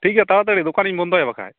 ᱴᱷᱤᱠ ᱜᱮᱭᱟ ᱛᱟᱲᱟ ᱛᱟᱹᱲᱤ ᱫᱚᱠᱟᱱᱤᱧ ᱵᱚᱱᱫᱚᱭᱟ ᱵᱟᱝᱠᱷᱟᱡ